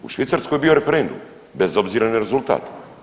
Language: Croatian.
U Švicarskoj je bio referendum bez obzira na rezultat.